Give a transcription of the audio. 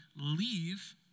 leave